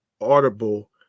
audible